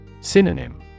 Synonym